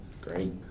Great